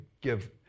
give